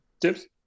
tips